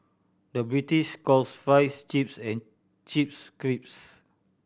the British calls fries chips and chips crisps